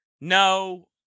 no